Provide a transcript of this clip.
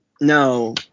no